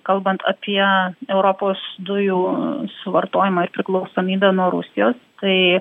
kalbant apie europos dujų suvartojimą ir priklausomybę nuo rusijos tai